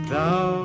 Thou